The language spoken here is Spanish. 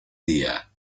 día